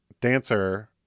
dancer